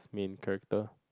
main character